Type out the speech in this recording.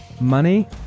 Money